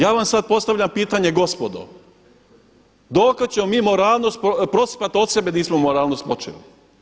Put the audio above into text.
Ja vam sad postavljam pitanje gospodo dokle ćemo mi moralnost prosipati od sebe a nismo moralnost počeli.